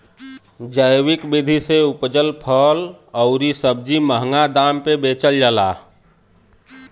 जैविक विधि से उपजल फल अउरी सब्जी महंगा दाम पे बेचल जाला